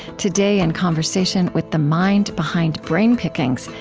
today, in conversation with the mind behind brain pickings,